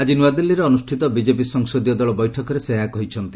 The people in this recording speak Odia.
ଆକି ନୂଆଦିଲ୍ଲୀରେ ଅନୁଷ୍ଠିତ ବିଜେପି ସଂସଦୀୟ ଦଳ ବୈଠକରେ ସେ ଏହା କହିଛନ୍ତି